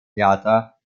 theater